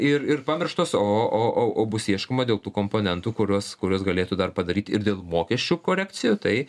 ir ir pamirštos o o o o bus ieškoma dėl tų komponentų kurios kurios galėtų dar padaryt ir dėl mokesčių korekcijų tai